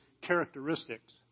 characteristics